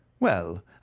Well